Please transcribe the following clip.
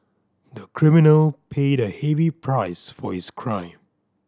the criminal paid a heavy price for his crime